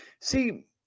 See